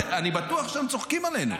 אני בטוח שהם צוחקים עלינו.